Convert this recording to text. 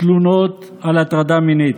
תלונות על הטרדה מינית?